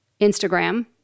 Instagram